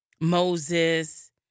Moses